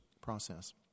process